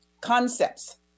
concepts